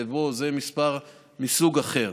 וזה מספר מסוג אחר.